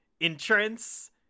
entrance